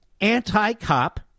anti-cop